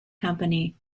company